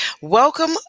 Welcome